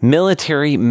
Military